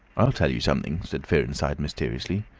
i'll tell you something, said fearenside, mysteriously.